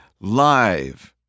live